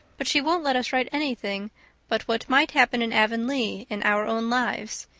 but she won't let us write anything but what might happen in avonlea in our own lives,